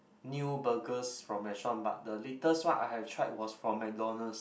new burgers from restaurant but the latest one I have tried was from McDonald's